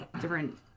different